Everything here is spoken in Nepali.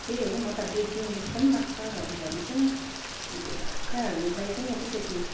त्यही हो म त बेचिदिउँ जस्तो पनि लाग्छ घरिघरि त अनि त्यो बाख्राहरूलाई चाहिँ अलिकति